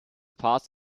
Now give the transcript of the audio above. parts